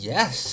Yes